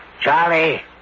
Charlie